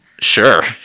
sure